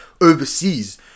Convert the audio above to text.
overseas